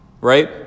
Right